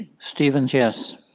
stevens, yes.